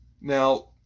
now